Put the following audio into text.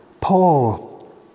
Paul